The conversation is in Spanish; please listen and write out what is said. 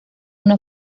una